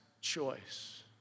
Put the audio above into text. choice